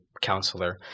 Counselor